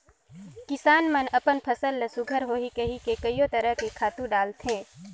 किसान मन अपन फसल ल सुग्घर होही कहिके कयो तरह के खातू डालथे